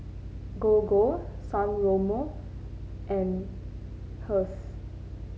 Gogo San Remo and Heinz